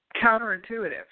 counterintuitive